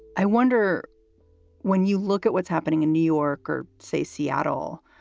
i wonder when you look at what's happening in new york or say, seattle,